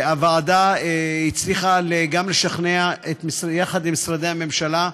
והוועדה הצליחה, יחד עם משרדי הממשלה,